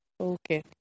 Okay